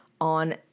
on